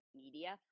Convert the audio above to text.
media